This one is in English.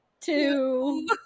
two